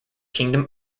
kingdom